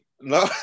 No